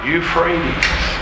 Euphrates